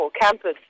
campus